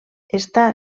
està